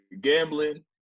gambling